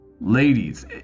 ladies